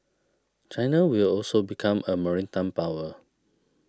China will also become a maritime power